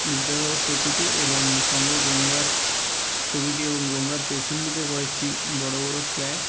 বিদ্যাসাগর সেতুটি এবং সঙ্গে গঙ্গার ছবিটি এবং গঙ্গার পেছন দিকে কয়েকটি বড়ো বড়ো ফ্ল্যাট